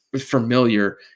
familiar